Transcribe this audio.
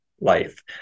life